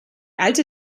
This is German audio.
alte